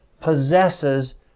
possesses